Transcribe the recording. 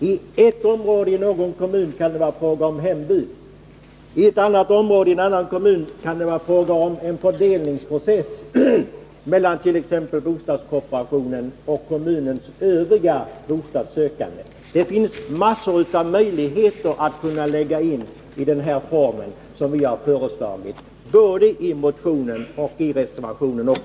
I ett område i någon kommun kan det vara fråga om hembud, och i ett annat område i en annan kommun kan det vara fråga om en fördelningsprocess mellan t.ex. bostadskooperationen och kommunens övriga bostadssökande. Det finns massor av möjligheter att lägga in i den form som vi har föreslagit både i motionen och i reservationen.